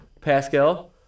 Pascal